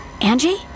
Angie